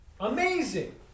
amazing